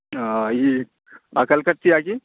یہ اور کلکتیا کی